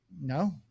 no